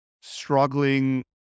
struggling